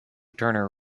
turner